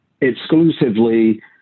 exclusively